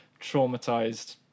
traumatized